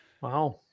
Wow